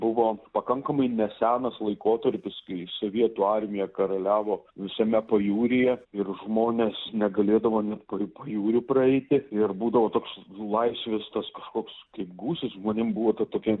buvo pakankamai nesenas laikotarpis kai sovietų armija karaliavo visame pajūryje ir žmonės negalėdavo net pajūriu praeiti ir būdavo toks laisvės tas kažkoks kaip gūsis žmonėm buvo ta tokia